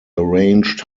arranged